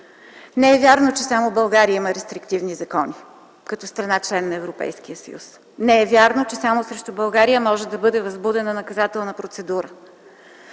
Не е вярно, че само в България има рестриктивни закони, като страна – член на Европейския съюз. Не е вярно, че само срещу България може да бъде възбудена наказателна процедура.